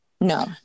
No